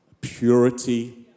purity